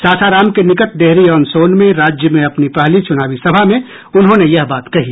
सासाराम के निकट डेहरी आनसोन में राज्य में अपनी पहली चुनावी सभा में उन्होंने यह बात कही